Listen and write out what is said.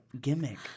gimmick